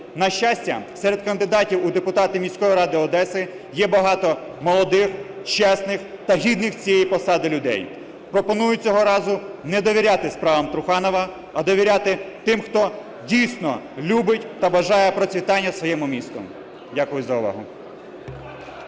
На щастя, серед кандидатів у депутати міської ради Одеси є багато молодих, чесних та гідних цієї посади людей. Пропоную цього разу не довіряти справам Труханова. А довіряти тим, хто дійсно любить та бажає процвітання своєму місту. Дякую за увагу.